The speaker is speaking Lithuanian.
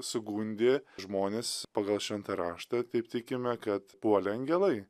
sugundė žmones pagal šventą raštą taip tikime kad puolę angelai